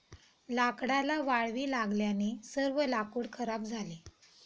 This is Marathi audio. लाकडाला वाळवी लागल्याने सर्व लाकूड खराब झाले